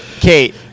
Kate